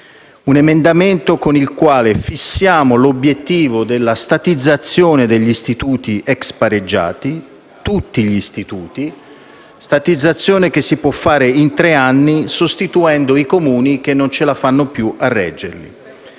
un emendamento con il quale fissiamo l'obiettivo della statizzazione di tutti gli istituti ex pareggiati (statizzazione che si può fare in tre anni sostituendo i Comuni che non ce la fanno più a reggerli);